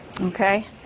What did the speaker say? Okay